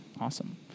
Awesome